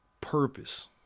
purpose